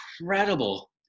incredible